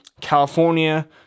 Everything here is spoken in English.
california